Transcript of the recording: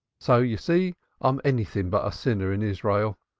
so you see i'm anything but a sinner in israel.